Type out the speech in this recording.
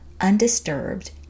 undisturbed